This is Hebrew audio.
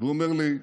והוא אומר לי: